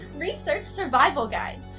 research survival guide,